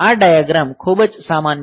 આ ડાયાગ્રામ ખૂબ જ સામાન્ય છે